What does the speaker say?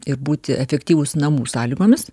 ir būti efektyvūs namų sąlygomis